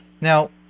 Now